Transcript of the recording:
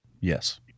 Yes